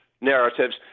narratives